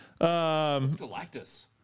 Galactus